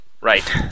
Right